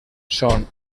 són